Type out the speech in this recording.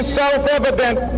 self-evident